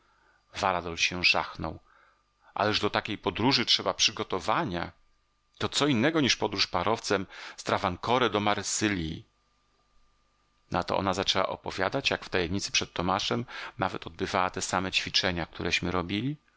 varadol się żachnął ależ do takiej podróży trzeba przygotowania to co innego niż podróż parowcem z travancore do marsylji na to ona zaczęła opowiadać jak w tajemnicy przed tomaszem nawet odbywała te same ćwiczenia któreśmy robili